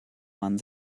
man